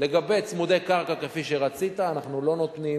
לגבי צמודי קרקע, כפי שרצית, אנחנו לא נותנים